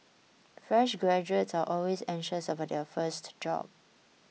fresh graduates are always anxious about their first job